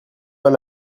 mal